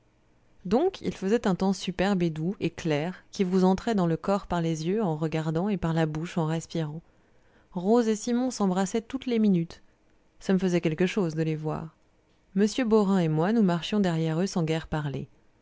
donc il faisait un temps superbe et doux et clair qui vous entrait dans le corps par les yeux en regardant et par la bouche en respirant rose et simon s'embrassaient toutes les minutes ça me faisait quelque chose de les voir m beaurain et moi nous marchions derrière eux sans guère parler